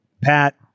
Pat